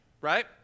right